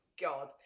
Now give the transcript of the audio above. God